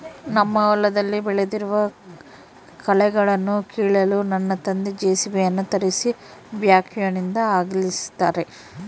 ನಮ್ಮ ಹೊಲದಲ್ಲಿ ಬೆಳೆದಿರುವ ಕಳೆಗಳನ್ನುಕೀಳಲು ನನ್ನ ತಂದೆ ಜೆ.ಸಿ.ಬಿ ಯನ್ನು ತರಿಸಿ ಬ್ಯಾಕ್ಹೋನಿಂದ ಅಗೆಸುತ್ತಾರೆ